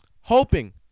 hoping